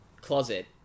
closet